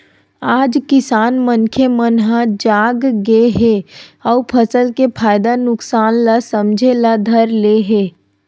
आज किसान मनखे मन ह जाग गे हे अउ फसल के फायदा नुकसान ल समझे ल धर ले हे